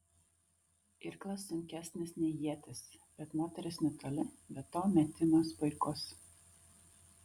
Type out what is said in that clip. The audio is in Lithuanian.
irklas sunkesnis nei ietis bet moteris netoli be to metimas puikus